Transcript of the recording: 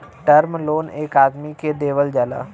term loan एक आदमी के देवल जाला